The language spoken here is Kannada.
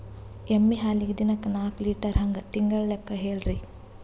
ಎಮ್ಮಿ ಹಾಲಿಗಿ ದಿನಕ್ಕ ನಾಕ ಲೀಟರ್ ಹಂಗ ತಿಂಗಳ ಲೆಕ್ಕ ಹೇಳ್ರಿ?